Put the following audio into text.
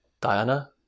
Diana